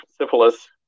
syphilis